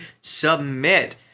submit